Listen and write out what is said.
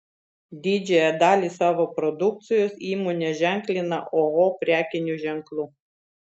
didžiąją dalį savo produkcijos įmonė ženklina oho prekiniu ženklu